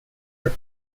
are